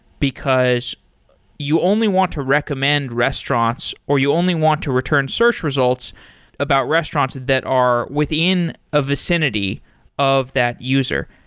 because you only want to recommend restaurants, or you only want to return search results about restaurants that are within a vicinity of that user.